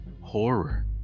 horror